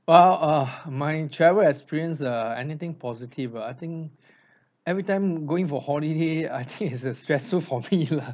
well uh my travel experience err anything positive uh I think everytime going for holiday I think it's a stressful for me lah